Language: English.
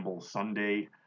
Sunday